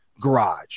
garage